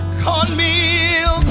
cornmeal